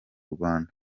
rwanda